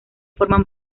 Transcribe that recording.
forman